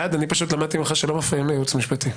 גלעד, לא מתאים לך, לא מפריעים לייעוץ המשפטי.